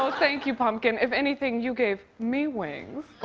thank you, pumpkin. if anything, you gave me wings.